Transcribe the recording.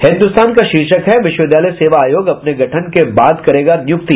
हिन्दुस्तान का शीर्षक है विश्वविद्यालय सेवा आयोग अपने गठन के बाद करेगा नियुक्ति